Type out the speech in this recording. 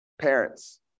parents